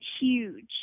huge